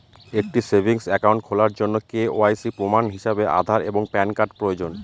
একটি savings account খোলার জন্য কে.ওয়াই.সি প্রমাণ হিসাবে আধার এবং প্যান কার্ড প্রয়োজন